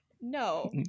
no